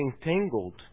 entangled